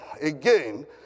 again